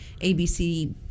ABC